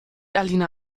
alina